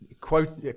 quote